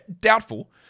doubtful